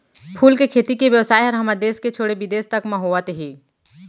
फूल के खेती के बेवसाय ह हमर देस के छोड़े बिदेस तक म होवत हे